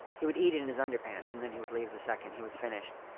he would eat in in his underpants, and then he would leave the second he was finished.